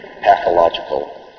pathological